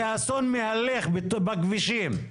זה אסון מהלך בכבישים.